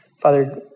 Father